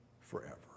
forever